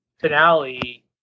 finale